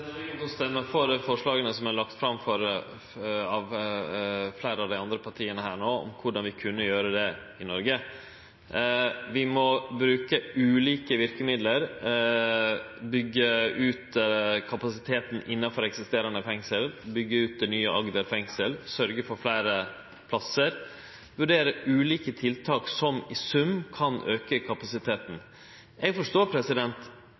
å stemme for dei forslaga som er lagde fram av fleire av dei andre partia her no om korleis vi kan gjere det i Noreg. Vi må bruke ulike verkemiddel, byggje ut kapasiteten innanfor eksisterande fengsel, byggje ut det nye Agder fengsel og sørgje for fleire plassar – vurdere ulike tiltak som i sum kan auke kapasiteten. Eg forstår